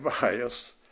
bias